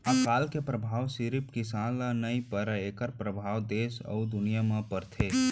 अकाल के परभाव सिरिफ किसान ल नइ परय एखर परभाव देस अउ दुनिया म परथे